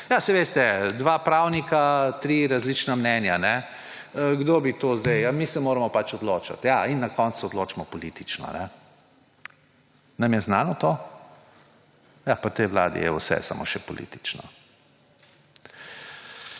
»Saj veste, dva pravnika, tri različna mnenja. Kdo bi to sedaj? Ja, mi se moramo pač odločiti.« In na koncu se odločimo politično. Nam je znano to? Ja, pri tej vladi je vse samo še politično.